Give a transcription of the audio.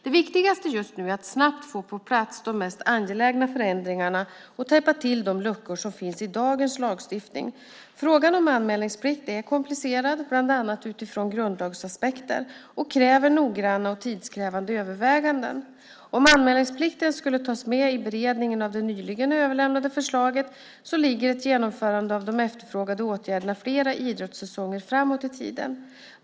Det viktigaste just nu är att snabbt få på plats de mest angelägna förändringarna och täppa till de luckor som finns i dagens lagstiftning. Frågan om anmälningsplikt är komplicerad, bland annat utifrån grundlagsaspekter, och kräver noggranna och tidskrävande överväganden. Om anmälningsplikten skulle tas med i beredningen av det nyligen överlämnade förslaget ligger ett genomförande av de efterfrågade åtgärderna flera idrottssäsonger framåt i tiden.